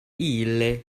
ille